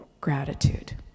gratitude